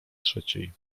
trzeciej